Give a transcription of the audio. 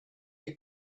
you